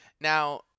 Now